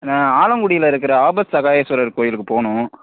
நான் ஆலங்குடியில் இருக்கிற ஆபசகாயஸ்வரர் கோயிலுக்குப் போகனும்